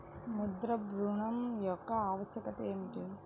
ముద్ర ఋణం యొక్క ఆవశ్యకత ఏమిటీ?